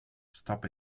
stop